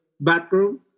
bathroom